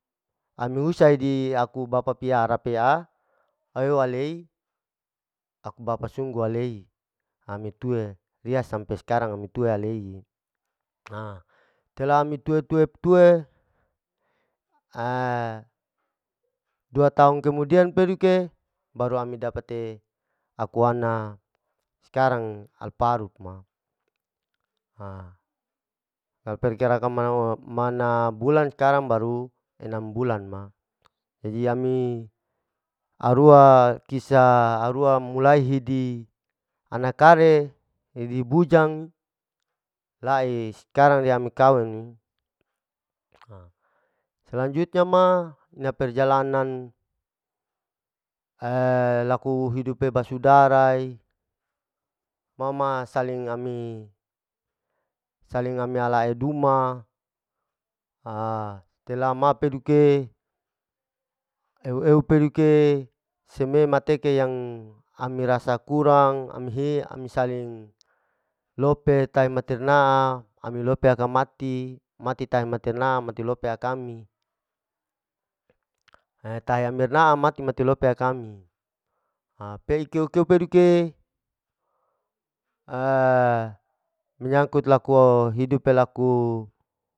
Ami hus adi aku bapa piara pea, ayo alei aku bapa sungguh alei, ami tue riya sampe skarang ami tue ale'i, setelah ami tue-tue-tue dua taong kemudian peduke baru ami dapate akuana skarang alparuk ma, kalu peduke arakama mana bulan skarang baru enam bulan ma, jaji ami arua kisa arua mulai hidi ana kare hidi bujang lae skarang riya mikanu'i, selanjunya ma ina perjalanan laku hidupe basudara'i, ma ma saling ami saling ami alae duma, setelah ma peduke ew-ew peduke seme mateke yang ami rasa kurang ami he ami saling lope tai matir na'a ami lope aka mati, mati taha, matir na'a, mati lope akami, tae amirna'a mati, mati lope akami, pei keu-keu peduke, menyangkut laku hidup laku.